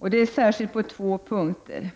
Det gäller särskilt på två punkter: